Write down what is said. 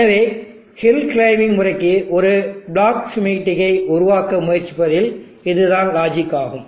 எனவே hill climbing முறைக்கு ஒரு பிளாக் ஸ்கீமாட்டிக்கை உருவாக்க முயற்சிப்பதில் இது தான் லாஜிக் ஆகும்